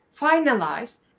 finalize